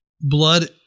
blood